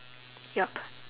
yup